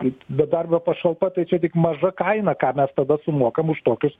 kaip bedarbio pašalpa tai čia tik maža kaina ką mes tada sumokam už tokius